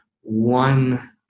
one